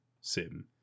sim